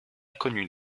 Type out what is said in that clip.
connues